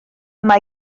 mae